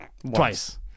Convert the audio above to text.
Twice